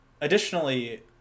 Additionally